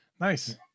Nice